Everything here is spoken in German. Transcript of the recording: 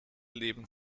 leben